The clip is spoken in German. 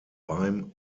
beim